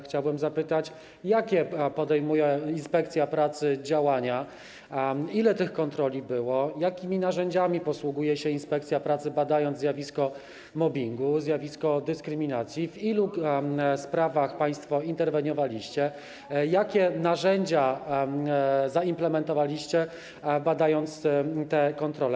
Chciałbym zapytać, jakie działania podejmuje inspekcja pracy, ile tych kontroli było, jakimi narzędziami posługuje się inspekcja pracy, badając zjawisko mobbingu, zjawisko dyskryminacji, w ilu sprawach państwo interweniowaliście, jakie narzędzia zaimplementowaliście, badając te kontrole.